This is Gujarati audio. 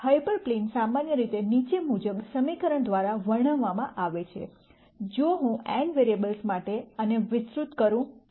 હાયપર પ્લેન સામાન્ય રીતે નીચે મુજબ સમીકરણ દ્વારા વર્ણવવામાં આવે છે જો હું n વેરીએબ્લસ માટે આને વિસ્તૃત કરું તો